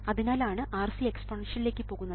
അതിനാലാണ് RC എക്സ്പോണൻഷ്യലിലേക്ക് പോകുന്നത്